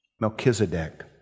Melchizedek